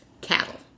cattle